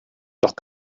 doch